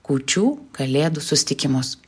kūčių kalėdų susitikimus